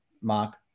Mark